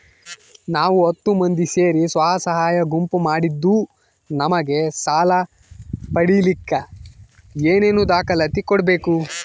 ನಾವು ಹತ್ತು ಮಂದಿ ಸೇರಿ ಸ್ವಸಹಾಯ ಗುಂಪು ಮಾಡಿದ್ದೂ ನಮಗೆ ಸಾಲ ಪಡೇಲಿಕ್ಕ ಏನೇನು ದಾಖಲಾತಿ ಕೊಡ್ಬೇಕು?